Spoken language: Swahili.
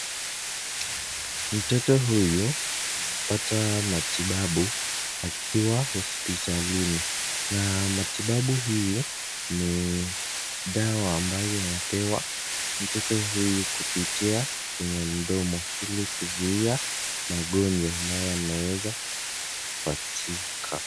Mtoto huyu anapata matibabu akiwa hospitalini na matibabu hii ni dawa ambayo anapewa mtoto huyu kupitia kwenye mdomo ili kuzuia magonjwa ambayo yanaeza kupatikana.